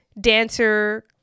dancer